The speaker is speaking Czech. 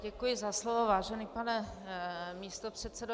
Děkuji za slovo, vážený pane místopředsedo.